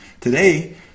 today